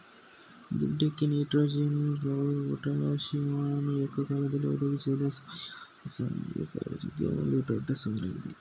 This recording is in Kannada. ಗಿಡಕ್ಕೆ ನೈಟ್ರೋಜನ್ ಫಾಸ್ಫರಸ್ ಪೊಟಾಸಿಯಮನ್ನು ಏಕಕಾಲದಲ್ಲಿ ಒದಗಿಸುವುದು ಸಾವಯವ ಬೇಸಾಯಗಾರರಿಗೆ ಒಂದು ದೊಡ್ಡ ಸವಾಲಾಗಿದೆ